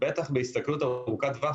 בטח בהסתכלות ארוכת טווח.